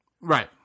Right